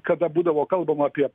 kada būdavo kalbama apie